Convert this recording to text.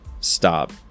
stop